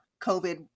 COVID